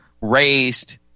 raised